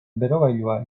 berogailua